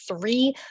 three